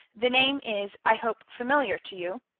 the name is, i hope, familiar to you.